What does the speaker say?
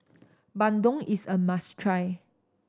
bandung is a must try